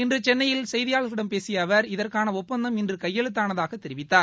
இன்று சென்னையில் செய்தியாளர்களிடம் பேசிய அவர் இதற்கான ஒப்பந்தம் இன்று கையெழுத்தானதாக தெரிவித்தார்